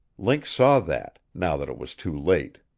link saw that now that it was too late.